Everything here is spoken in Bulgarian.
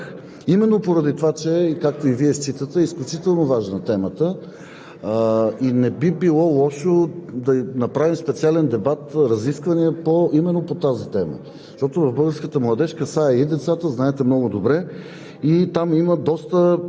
тон. Трябва да обърна внимание, защото неслучайно наблегнах на едни числа, които според нас са тревожни. Даже бих искал да натъртя на тях именно поради това, както и Вие считате, че е изключително важна темата. Не би било лошо